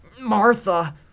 Martha